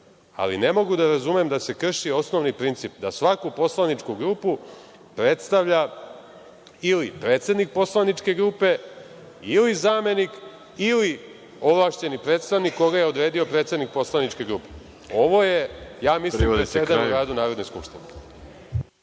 ali ne mogu da razumem da se krši osnovni princip, da svaku poslaničku grupu predstavlja ili predsednik poslaničke grupe ili zamenik ili ovlašćenih predstavnik koga je odredio predsednik poslaničke grupe. Ovo je ja mislim presedan u radu Narodne skupštine.